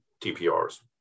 TPRs